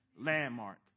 Landmark